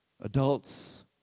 adults